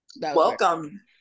welcome